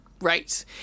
Right